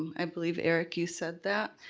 i believe, eric, you said that.